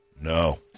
No